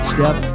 Step